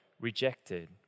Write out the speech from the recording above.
rejected